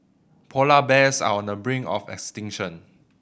polar bears are on the brink of extinction